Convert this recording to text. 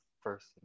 first